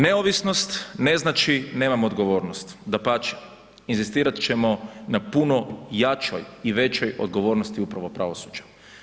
Neovisnost ne znači nemam odgovornost, dapače, inzistirat ćemo na puno jačoj i većoj odgovornosti upravo pravosuđa.